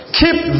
keep